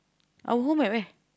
our home at where